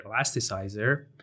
elasticizer